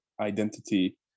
identity